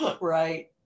right